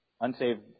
unsaved